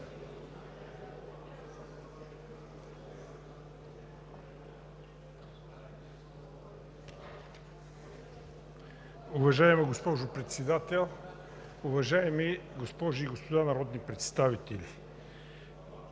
Уважаема госпожо Председател, уважаеми госпожи и господа народни представители!